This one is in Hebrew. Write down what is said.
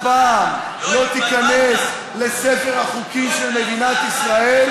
פעם לא תיכנס לספר החוקים של מדינת ישראל,